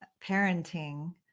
parenting